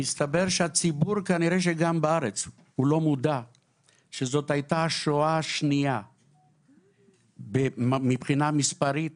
הסתבר שהציבור בארץ גם לא מודע שזו הייתה שואה שנייה מבחינה מספרית